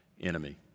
enemy